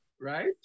right